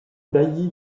bailli